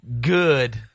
Good